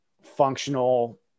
functional